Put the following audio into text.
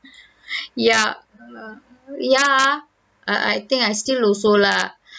ya err ya err I I think I still also lah